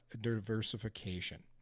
diversification